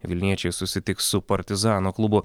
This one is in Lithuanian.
vilniečiai susitiks su partizano klubu